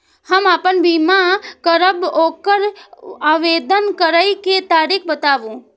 हम आपन बीमा करब ओकर आवेदन करै के तरीका बताबु?